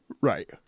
Right